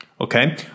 Okay